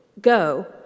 Go